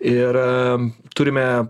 ir turime